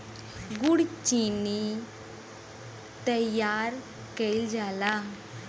गुड़ चीनी तइयार कइल जाला